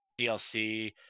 dlc